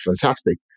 Fantastic